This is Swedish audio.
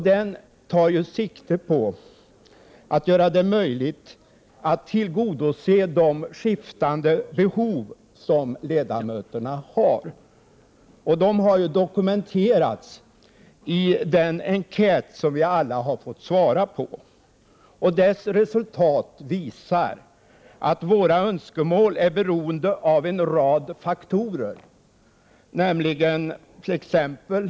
Den tar sikte på att göra det möjligt att tillgodose de skiftande behov som ledamöterna har och som har dokumenterats i den enkät som vi alla har fått svara på. Dess resultat visar att våra önskemål är beroende av en rad faktorer, t.ex. valkretsens geografiska 69 Prot.